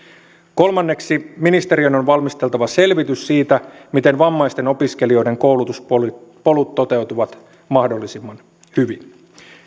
kolmanneksi ministeriön on valmisteltava selvitys siitä miten vammaisten opiskelijoiden koulutuspolut toteutuvat mahdollisimman hyvin